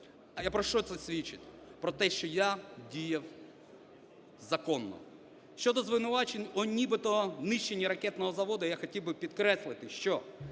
І про що це свідчить? Про те, що я діяв законно. Щодо звинувачень про нібито нищення ракетного заводу, я хотів би підкреслити, що